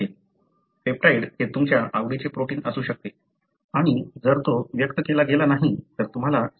peptide हे तुमच्या आवडीचे प्रोटीन असू शकते आणि जर ते व्यक्त केले गेले तर तुम्हाला एक सिग्नल मिळेल आणि जर तो व्यक्त केला गेला नाही तर तुम्हाला सिग्नल दिसणार नाही